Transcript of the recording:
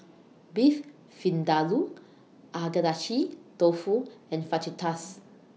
Beef Vindaloo Agedashi Dofu and Fajitas